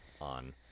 on